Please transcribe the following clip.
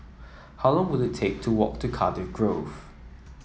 how long will it take to walk to Cardiff Grove